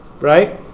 Right